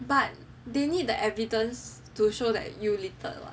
but they need the evidence to show that you littered [what]